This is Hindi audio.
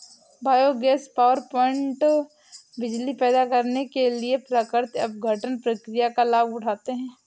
बायोगैस पावरप्लांट बिजली पैदा करने के लिए प्राकृतिक अपघटन प्रक्रिया का लाभ उठाते हैं